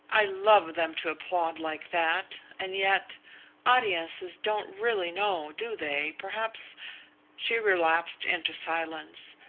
i love them to applaud like that, and yet audiences don't really know, do they? perhaps she relapsed into silence,